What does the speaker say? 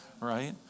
Right